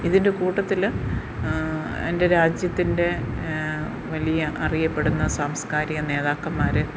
ഇതിൻ്റെ കൂട്ടത്തിൽ എൻ്റെ രാജ്യത്തിൻ്റെ വലിയ അറിയപ്പെടുന്ന സാംസ്ക്കാരിക നേതാക്കന്മാർ